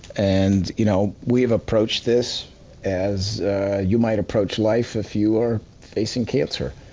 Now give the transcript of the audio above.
and you know we have approached this as you might approach life if you are facing cancer.